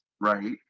Right